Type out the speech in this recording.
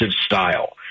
style